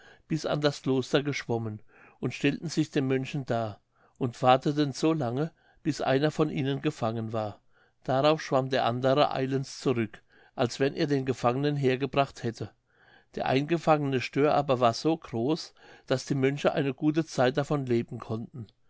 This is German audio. bis an das kloster geschwommen und stellten sich den mönchen dar und warteten so lange bis einer von ihnen gefangen war darauf schwamm der andere eilends zurück als wenn er den gefangenen hergebracht hätte der eingefangene stör aber war so groß daß die mönche eine gute zeit davon leben konnten